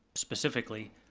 specifically,